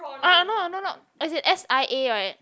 uh no no no no as in s_i_a